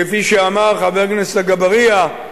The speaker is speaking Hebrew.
כפי שאמר חבר הכנסת אגבאריה,